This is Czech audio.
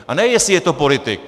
A ne jestli je to politik.